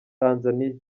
tanzania